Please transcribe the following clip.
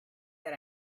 that